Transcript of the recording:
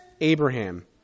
Abraham